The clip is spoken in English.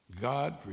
God